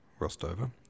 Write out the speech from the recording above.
Rostova